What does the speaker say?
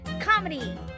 comedy